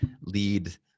lead